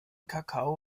kakao